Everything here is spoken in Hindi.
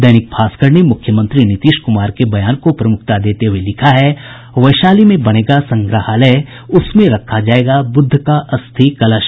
दैनिक भास्कर ने मुख्यमंत्री नीतीश कुमार के बयान को प्रमुखता देते हये लिखा है वैशाली में बनेगा संग्रहालय उसमें रखा जायेगा बुद्ध का अस्थि कलश